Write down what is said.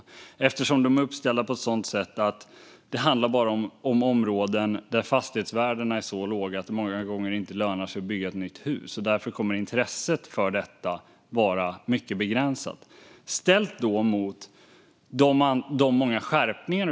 De är nämligen uppställda på ett sådant sätt att det bara handlar om områden där fastighetsvärdena är så låga att det många gånger inte lönar sig att bygga ett nytt hus och där intresset för detta därför kommer att vara mycket begränsat.